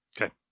Okay